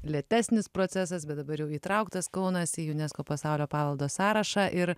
lėtesnis procesas bet dabar jau įtrauktas kaunas į unesco pasaulio paveldo sąrašą ir